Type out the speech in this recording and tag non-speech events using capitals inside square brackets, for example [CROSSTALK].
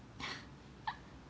[LAUGHS]